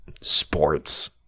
sports